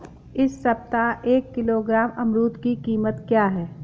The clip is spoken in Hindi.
इस सप्ताह एक किलोग्राम अमरूद की कीमत क्या है?